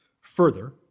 Further